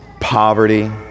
poverty